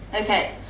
Okay